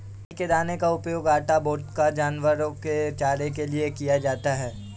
राई के दाने का उपयोग आटा, वोदका, जानवरों के चारे के लिए किया जाता है